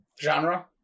Genre